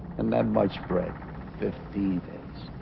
and that much bread fifteen it's